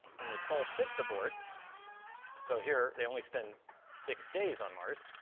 in the sol six abort so, here, they only spent six days on mars.